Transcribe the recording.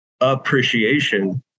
appreciation